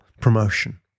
promotion